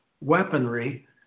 weaponry